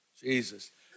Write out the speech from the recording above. Jesus